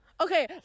Okay